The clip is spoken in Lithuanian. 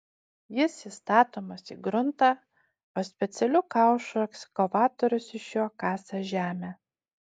jis įstatomas į gruntą o specialiu kaušu ekskavatorius iš jo kasa žemę